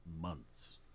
months